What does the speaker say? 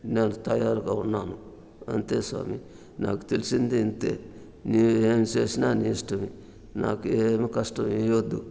నేను తయారుగా ఉన్నాను అంతే స్వామి నాకు తెలిసింది ఇంతే నువ్వు ఏమి చేసినా నీ ఇష్టం నాకు ఏమి కష్టం ఇయ్యద్దు